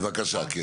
אז בבקשה, כן.